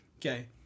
Okay